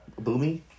Boomy